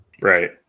right